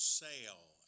sale